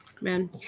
Man